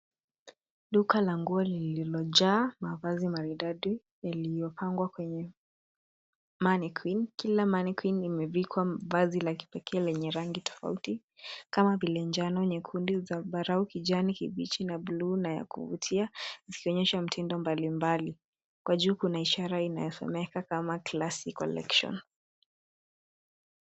Duka la nguo lililojaa mavazi maridadi yaliyopangwa kwenye mannequin . Kila mannequin limevikwa vazi la kipekee lenye rangi tofauti kama vile njano, nyekundu, zambarau, kijani kibichi na buluu na ya kuvutia ikionyesha mitindo mbalimbali. Kwa juu kuna ishara inayosomeka kama Classic Collection .